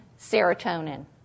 serotonin